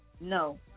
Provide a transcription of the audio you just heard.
No